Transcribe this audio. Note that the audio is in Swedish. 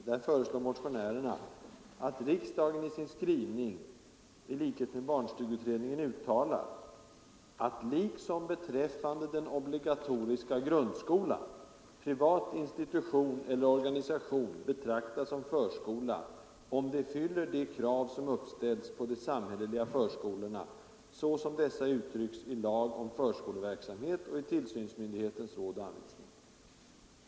Där föreslår motionärerna ”att riksdagen i sin skrivning i likhet med barnstugeutredningen uttalar att, liksom beträffande den obligatoriska grundskolan, privat institution eller organisation betraktas som förskola om den fyller de krav som uppställs på de samhälleliga förskolorna så som dessa uttrycks i lag om förskoleverksamhet och i tillsynsmyndighetens råd och anvisningar”.